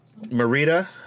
Marita